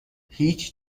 هیچ